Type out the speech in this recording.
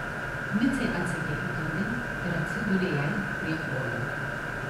micė atsekė įkandin ir atsigulė jai prie kojų